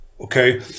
okay